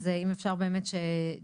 אם אפשר שג'ודי,